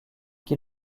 qui